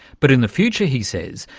but in the future, he says,